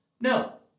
No